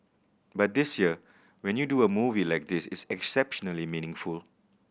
but this year when you do a movie like this it's exceptionally meaningful